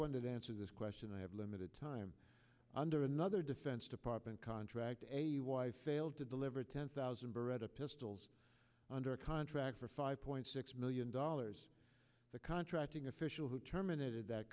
wanted answer this question i have limited time under another defense department contract sale to deliver ten thousand beretta pistols under contract for five point six million dollars the contracting official who terminated that